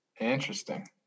Interesting